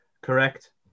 Correct